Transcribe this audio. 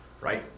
right